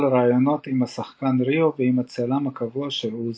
ראיונות עם השחקן ריו ועם הצלם הקבוע של אוזו),